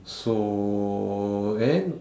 so then